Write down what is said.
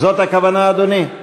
זאת הכוונה, אדוני?